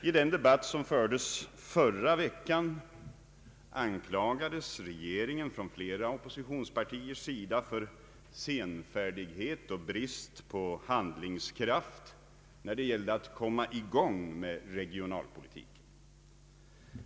I den debatt som fördes förra veckan anklagades regeringen från flera oppositionspartiers sida för senfärdighet och brist på handlingskraft när det gällde att komma i gång med regionalpolitiken.